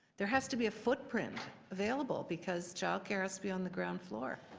there has to be a footprint available, because child care has to be on the ground floor.